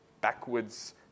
backwards